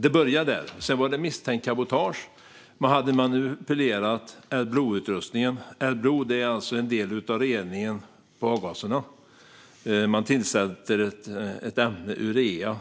Det började där, och sedan var det misstänkt cabotage. Adblue-utrustningen hade manipulerats. Adblue är en del av reningen av avgaserna. Man tillsätter ett ämne, urea,